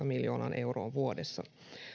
miljoonaan euroon vuodessa